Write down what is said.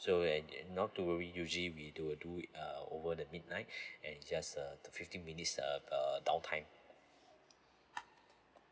so and and not to worry usually we will do it uh over the midnight and it just uh the fifteen minutes uh uh downtime